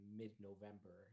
mid-November